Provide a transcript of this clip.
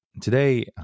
Today